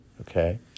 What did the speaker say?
okay